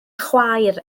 chwaer